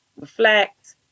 reflect